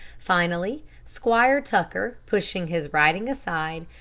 finally, squire tucker, pushing his writing aside,